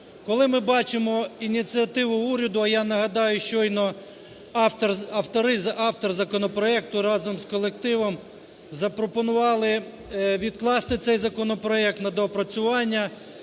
коли ми бачимо ініціативу уряду, а я нагадую, щойно автор законопроекту разом з колективом запропонували відкласти цей законопроект на доопрацювання,